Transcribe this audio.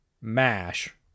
mash